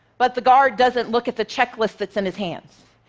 but the guard doesn't look at the checklist that's in his hands.